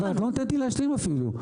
את לא נותנת לי להשלים אפילו.